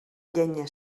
llenya